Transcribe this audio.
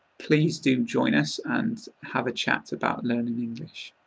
please do join us and have a chat about learning english.